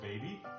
baby